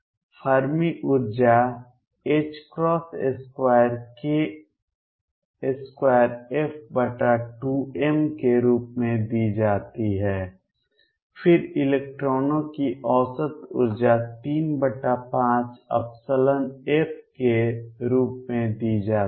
Fermi ऊर्जा 2kF22m के रूप में दी जाती है फिर इलेक्ट्रॉनों की औसत ऊर्जा 35F के रूप में दी जाती है